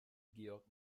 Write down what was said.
georg